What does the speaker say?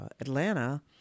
Atlanta